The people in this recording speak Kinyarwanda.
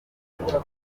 bimubera